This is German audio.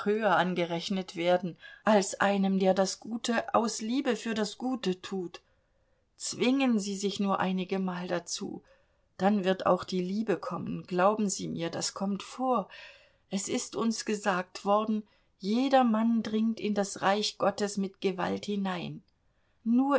höher angerechnet werden als einem der das gute aus liebe für das gute tut zwingen sie sich nur einigemal dazu dann wird auch die liebe kommen glauben sie mir das kommt vor es ist uns gesagt worden jedermann dringt in das reich gottes mit gewalt hinein nur